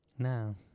No